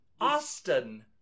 Austin